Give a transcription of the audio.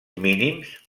mínims